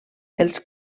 els